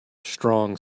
strong